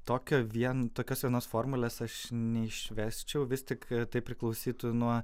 tokio vien tokios senos formulės aš neišvesčiau vis tik tai priklausytų nuo